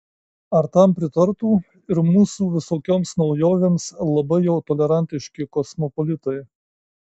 ar tam pritartų ir mūsų visokioms naujovėms labai jau tolerantiški kosmopolitai